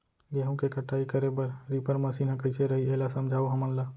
गेहूँ के कटाई करे बर रीपर मशीन ह कइसे रही, एला समझाओ हमन ल?